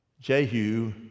Jehu